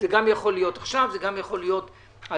זה יכול להיות עכשיו וזה יכול להיות גם